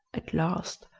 at last,